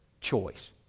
choice